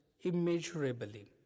immeasurably